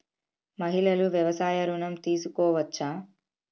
మహిళలు వ్యవసాయ ఋణం తీసుకోవచ్చా?